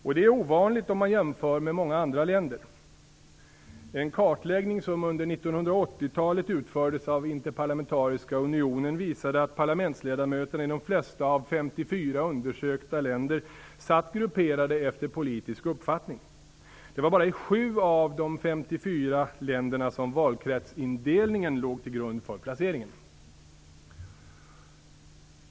Detta är ovanligt om man jämför med andra länder. En kartläggning som under 1980-talet utfördes av Interparlamentariska unionen visade att parlamentsledamöterna i de flesta av 54 undersökta länder satt grupperade efter politisk uppfattning. Det var bara i sju av de 54 länderna som valkretsindelningen låg till grund för placeringen.